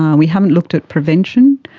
um we haven't looked at prevention,